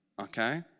Okay